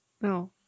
No